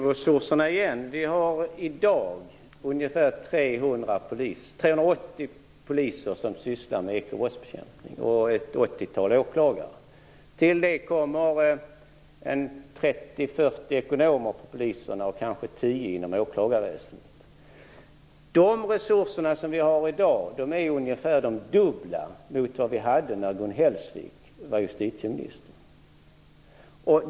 Herr talman! Till resurserna igen: I dag är det 380 poliser och ett åttiotal åklagare som sysslar med ekobrottsbekämpning. Till detta kommer 30-40 ekonomer inom polisen och kanske tio inom åklagarväsendet. Resurserna i dag är ungefär de dubbla mot vad de var när Gun Hellsvik var justitieminister.